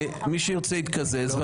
מי שירצה יתקזז.